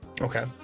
Okay